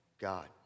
God